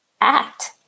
act